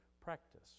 practice